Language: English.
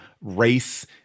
race